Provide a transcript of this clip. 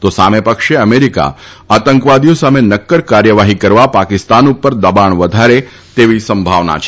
તો સામે પક્ષે અમેરિકા આતંકવાદીઓ સામે નક્કર કાર્યવાહી કરવા પાકિસ્તાન ઉપર દબાણ વધારે તેવી સંભાવના છે